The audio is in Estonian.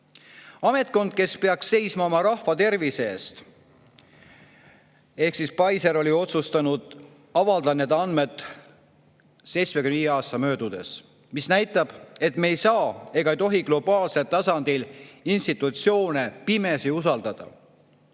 Ametkond, kes peaks seisma oma rahva tervise eest ehk siis Pfizer, oli otsustanud avada need andmed 75 aasta möödudes. See näitab, et me ei saa ega tohi globaalsel tasandil institutsioone pimesi usaldada.